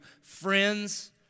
friends